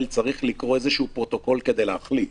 צריכים לקרוא איזה פרוטוקול כדי להחליט,